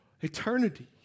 eternity